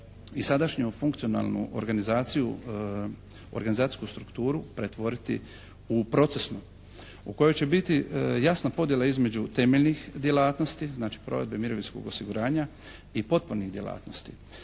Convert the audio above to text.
i sadašnju funkcionalnu organizaciju, organizacijsku strukturu pretvoriti u procesnu u kojoj će biti jasna podjela između temeljnih djelatnosti znači provedbe mirovinskog osiguranja i potpornih djelatnosti.